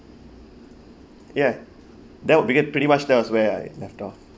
ya that would be pretty much there was where I left off